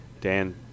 Dan